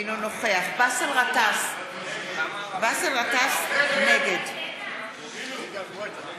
נגד באסל גטאס, נגד זהבה